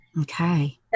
Okay